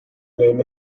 name